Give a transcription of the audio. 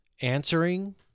answering